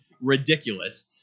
ridiculous